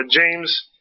James